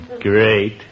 Great